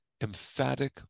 emphatic